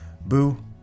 boo